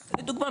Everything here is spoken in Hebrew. לדוגמה,